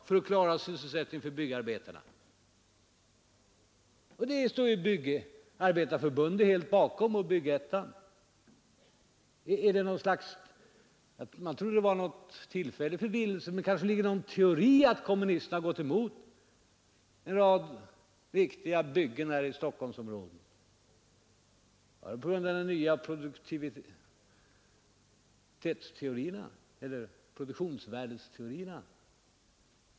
Det uttalandet står Byggnadsarbetareförbundet bakom och likaså Bygg Ettan. Jag trodde att det var en tillfällig förvillelse, men kanske det ligger någon teori bakom att kommunisterna gått emot en rad viktiga byggen i Stockholmsområdet. Var det på grund av de nya produktionsvärdeteorierna?